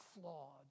flawed